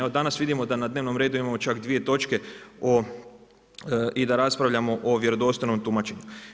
Evo danas vidimo da na dnevnom redu imamo čak dvije točke i da raspravljamo o vjerodostojnom tumačenju.